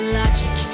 logic